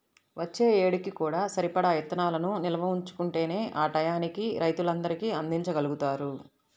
వచ్చే ఏడుకి కూడా సరిపడా ఇత్తనాలను నిల్వ ఉంచుకుంటేనే ఆ టైయ్యానికి రైతులందరికీ అందిచ్చగలుగుతారు